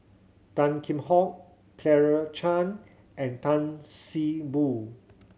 Tan Kheam Hock Claire Chiang and Tan See Boo